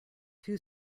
two